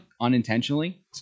unintentionally